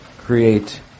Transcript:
create